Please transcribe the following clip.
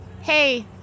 Hey